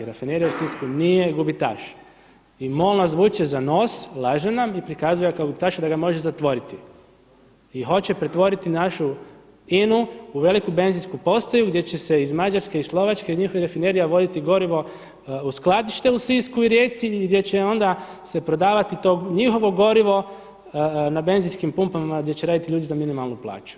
Rafinerija u Sisku nije gubitaš i MOL nas vuče za nos, laže nas i prikazuje ga kao gubitaša da ga može zatvoriti i hoće pretvoriti našu INA-u u veliku benzinsku postaju gdje će se iz Mađarske i Slovačke iz njihovih rafinerija voditi gorivo u skladište u Sisku i Rijeci i gdje će onda se prodavati to njihovo gorivo na benzinskim pumpama gdje će raditi ljudi za minimalnu plaću.